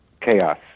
chaos